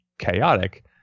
chaotic